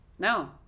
No